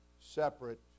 separate